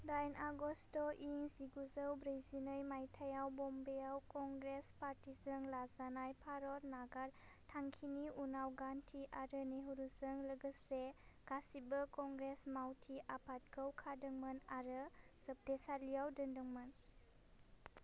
दाइन आगष्ट' इं जिगुजौ ब्रैजिनै माइथायाव बम्बेयाव कंग्रेस पार्टीजों लाजानाय भारत नागार थांखिनि उनाव गान्धी आरो नेहरूजों लोगोसे गासिबो कंग्रेस मावथि आफादखौ खादोंमोन आरो जोबथेसालियाव दोनदोंमोन